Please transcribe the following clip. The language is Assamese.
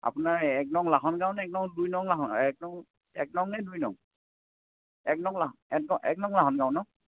আপোনাৰ এক নং লাহন গাঁও নে এক নং দুই নং লাহন এই এক নং এক নং নে দুই নং এক নং লাহন এক নং এক নং লাহন গাঁও ন